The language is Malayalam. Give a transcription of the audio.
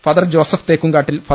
ഫാദർ ജോസഫ് തേക്കുംകാട്ടിൽ ഫാ